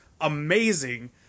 amazing